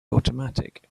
automatic